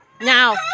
now